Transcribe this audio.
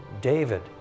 David